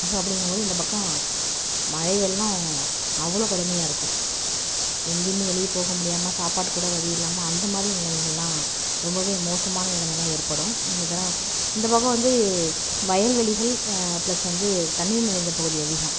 so அப்படிங்கும்போது இந்த பக்கம் மழைவெள்ளம் அவ்வளோ கடுமையாக இருக்கும் எங்கேயுமே வெளியே போக முடியாமல் சாப்பாட்டுக்கு கூட வழி இல்லாமல் அந்த மாதிரி நிலமைகள்லாம் ரொம்பவே மோசமான நிலமைலாம் ஏற்படும் இந்த தட இந்த பக்கம் வந்து வயல்வெளிகள் பிளஸ் வந்து தண்ணீர் நிறைந்த பகுதி அதிகம்